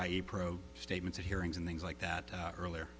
a pro statements of hearings and things like that earlier